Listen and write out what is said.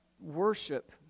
worship